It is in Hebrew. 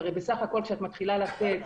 הרי כשאת מתחילה לתת